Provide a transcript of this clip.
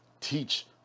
teach